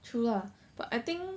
true lah but I think